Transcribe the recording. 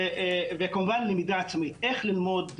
וכמובן למידה עצמית, איך ללמוד לבד.